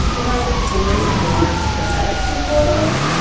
and are the tories more sympathetic to the royals?